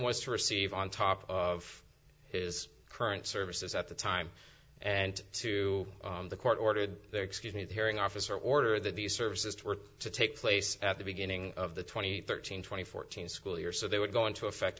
was to receive on top of his current services at the time and to the court ordered there excuse me the hearing officer order that these services were to take place at the beginning of the twenty thirteen twenty fourteen school year so they would go into effect